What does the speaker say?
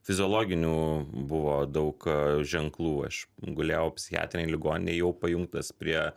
fiziologinių buvo daug ženklų aš gulėjau psichiatrinėj ligoninėj jau pajungtas prie